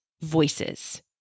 voices